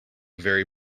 very